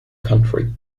country